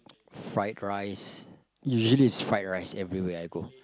fried rice usually it's fried rice everywhere I go